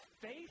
faith